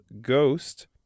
Ghost